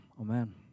amen